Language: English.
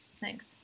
thanks